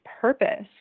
purpose